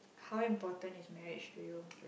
how important is marriage to you